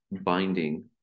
binding